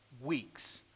weeks